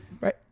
Right